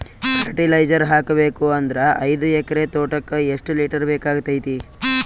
Fertiliser ಹಾಕಬೇಕು ಅಂದ್ರ ಐದು ಎಕರೆ ತೋಟಕ ಎಷ್ಟ ಲೀಟರ್ ಬೇಕಾಗತೈತಿ?